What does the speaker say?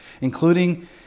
including